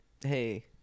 Hey